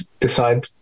decide